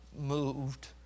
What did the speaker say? moved